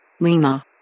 lima